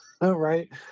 right